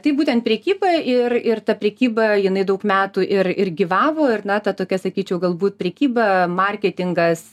tai būtent prekyba ir ir ta prekyba jinai daug metų ir ir gyvavo ir na ta tokia sakyčiau galbūt prekyba marketingas